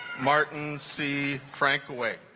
martin see frank wait